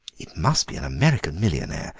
it must be an american millionaire,